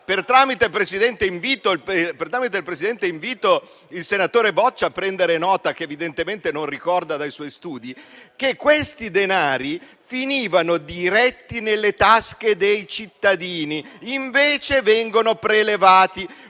il tramite del Presidente invito il senatore Boccia a prendere nota di ciò che evidentemente non ricorda dai suoi studi - sarebbero finiti direttamente nelle tasche dei cittadini e invece vengono prelevati.